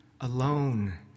alone